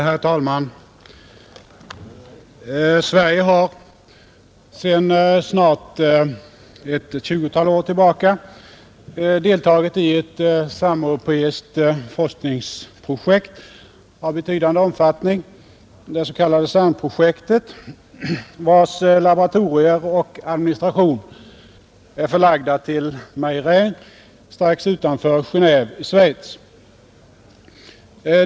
Herr talman! Sverige har sedan snart ett tjugotal år tillbaka deltagit i ett sameuropeiskt forskningsprojekt av betydande omfattning, det s.k. CERN-projektet, vars laboratorier och administration är förlagda till Meyrin, strax utanför Genéve i Schweiz.